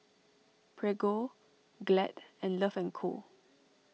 Prego Glad and Love and Co